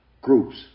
groups